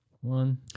One